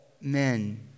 men